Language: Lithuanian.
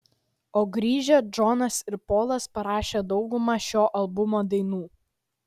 o grįžę džonas ir polas parašė daugumą šio albumo dainų